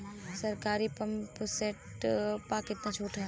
सरकारी pump set प कितना छूट हैं?